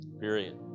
period